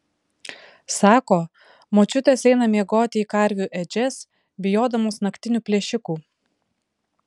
sako močiutės eina miegoti į karvių ėdžias bijodamos naktinių plėšikų